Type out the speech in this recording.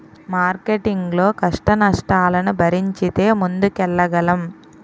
marketing లో కష్టనష్టాలను భరించితే ముందుకెళ్లగలం